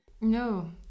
No